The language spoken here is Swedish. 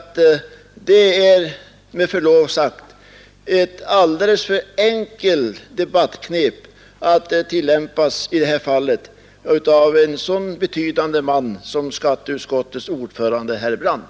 Jag tycker med förlov sagt att detta är ett alldeles för enkelt debattknep att tillämpa i det här fallet av en så betydande man som skatteutskottets ordförande herr Brandt.